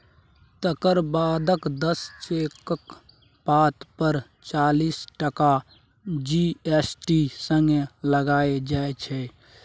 तकर बादक दस चेकक पात पर चालीस टका जी.एस.टी संगे लगाएल जाइ छै